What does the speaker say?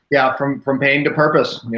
yeah. from from pain to purpose,